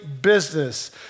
business